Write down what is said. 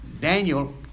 Daniel